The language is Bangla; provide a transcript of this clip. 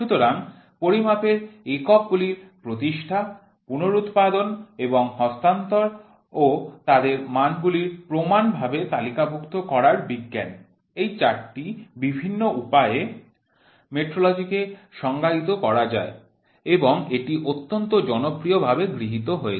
সুতরাং পরিমাপের একক গুলির প্রতিষ্ঠা পুনরুৎপাদন ও হস্তান্তর এবং তাদের মানদণ্ডগুলির প্রমাণ ভাবে তালিকাভুক্ত করার বিজ্ঞান এই চারটি বিভিন্ন উপায়ে মেট্রোলজিকে সংজ্ঞায়িত করা যায় এবং এটি অত্যন্ত জনপ্রিয় ভাবে গৃহীত হয়েছে